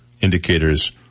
indicators